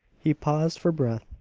he paused for breath,